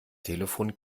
telefon